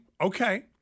okay